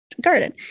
garden